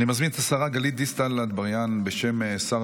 אני מזמין את השרה גלית דיסטל אטבריאן לסכם בשם שר